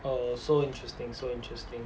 err so interesting so interesting